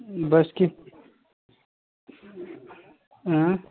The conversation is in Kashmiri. بَس کہِ آ